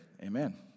Amen